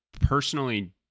personally